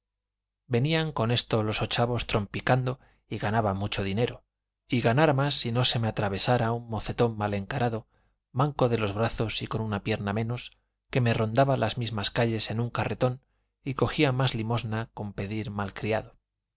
venían con esto los ochavos trompicando y ganaba mucho dinero y ganara más si no se me atravesara un mocetón mal encarado manco de los brazos y con una pierna menos que me rondaba las mismas calles en un carretón y cogía más limosna con pedir